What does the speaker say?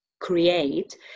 create